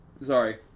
sorry